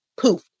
poof